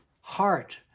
Heart